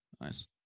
nice